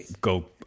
go